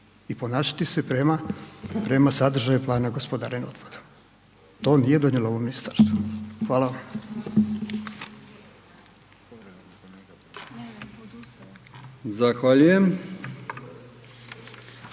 i ponašati se prema sadržaju plana gospodarenja otpadom. To nije donijelo ovo ministarstvo. Hvala. **Brkić,